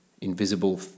invisible